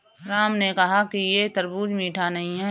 राम ने कहा कि यह तरबूज़ मीठा नहीं है